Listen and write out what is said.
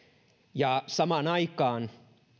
samaan aikaan